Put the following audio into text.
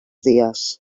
dies